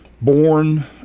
born